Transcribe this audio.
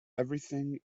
everything